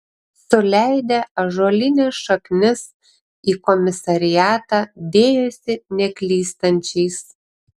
suleidę ąžuolines šaknis į komisariatą dėjosi neklystančiais